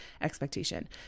expectation